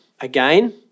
Again